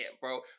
bro